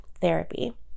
therapy